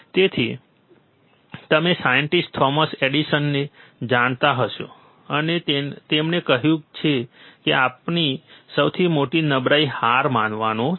તેથી તમે scientist Thomas એડિસનને જાણતા હશો અને તેમણે કહ્યું કે આપણી સૌથી મોટી નબળાઈ હાર માનવામાં છે